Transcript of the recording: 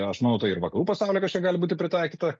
aš manau tai ir vakarų pasauly kažkiek gali būti pritaikyta